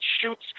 shoots